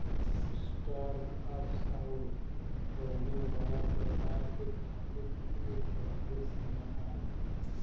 start ups आउर बढ़ने वाले व्यवसाय के खातिर इ एक प्रभावी समाधान हौ